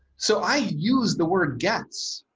so i use the word gets.